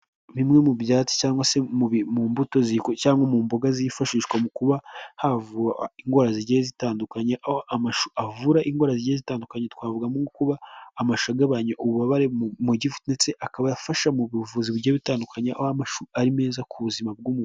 Bimwe mu byatsi cyangwa mu mbuto cyangwa mu mboga zifashishwa mu kuba havurwa indwara zigiye zitandukanye, aho amashu avura indwara zigiye zitandukanye twavugamo nko kuba amashu agabanya ububabare mu gifu, ndetse akaba afasha mu buvuzi bugiye butandukanye aho ari meza ku buzima bw'umubiri